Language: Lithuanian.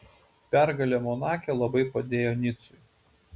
pergalė monake labai padėjo nicui